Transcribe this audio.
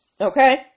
okay